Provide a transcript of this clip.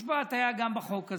יש פה הטעיה גם בחוק הזה.